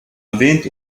erwähnt